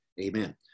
Amen